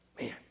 Man